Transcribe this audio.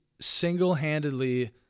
single-handedly